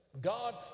God